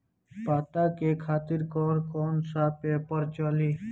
पता के खातिर कौन कौन सा पेपर चली?